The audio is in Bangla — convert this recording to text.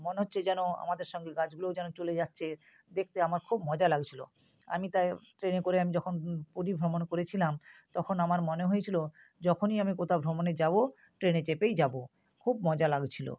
মনে হচ্ছে যেন আমাদের সঙ্গে গাছগুলোও যেন চলে যাচ্ছে দেখতে আমার খুব মজা লাগছিল আমি তাই ট্রেনে করে আমি যখন পুরী ভ্রমণ করেছিলাম তখন আমার মনে হয়েছিল যখনই আমি কোথাও ভ্রমণে যাব ট্রেনে চেপেই যাব খুব মজা লাগছিল